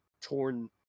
torn